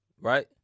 right